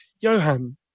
Johan